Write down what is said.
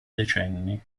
decenni